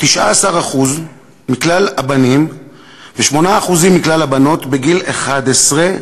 19% מכלל הבנים ו-8% מכלל הבנות בגיל 11,